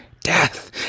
Death